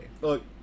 Look